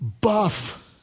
buff